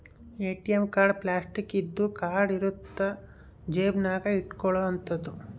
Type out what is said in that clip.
ATM card plastic ಇಂದು card ಇರುತ್ತ ಜೇಬ ನಾಗ ಇಟ್ಕೊಲೊ ಅಂತದು